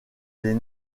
les